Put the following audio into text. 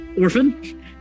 Orphan